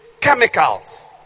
chemicals